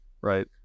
Right